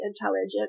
intelligent